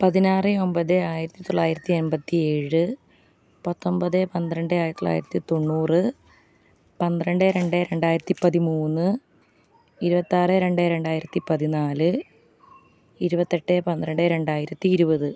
പതിനാറ് ഒൻപത് ആയിരത്തി തൊള്ളായിരത്തി എൺപത്തി ഏഴ് പത്തൊൻപത് പന്ത്രണ്ട് ആയിരത്തി തൊള്ളായിരത്തി തൊണ്ണൂറ് പന്ത്രണ്ട് രണ്ട് രണ്ടായിരത്തി പതിമൂന്ന് ഇരുപത്താറ് രണ്ട് രണ്ടായിരത്തി പതിനാല് ഇരുപത്തെട്ട് പന്ത്രണ്ട് രണ്ടായിരത്തി ഇരുപത്